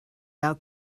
out